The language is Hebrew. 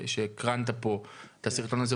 שהקרנת פה את הסרטון הזה,